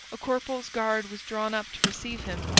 a corporal's guard was drawn up to receive him,